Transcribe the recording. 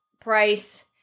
Price